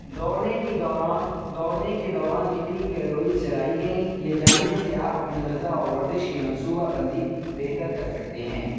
دوڑنے کی دوران دوڑنے کے دوران کتنی کیلوریز جلائی گئیں یہ جاننے سے آپ اپنی غذا اور ورزش کی منصوبہ بندی بہتر کر سکتے ہیں